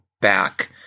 back